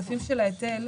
הכספים של ההיטל,